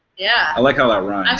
yeah. i like how that rhymes.